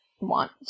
Want